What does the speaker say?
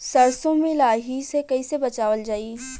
सरसो में लाही से कईसे बचावल जाई?